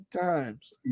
times